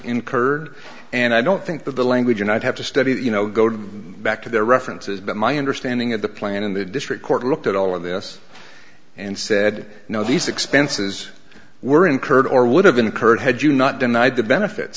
incurred and i don't think that the language and i'd have to study that you know go to back to their references but my understanding of the plan in the district court looked at all of this and said no these expenses were incurred or would have been incurred had you not denied the benefits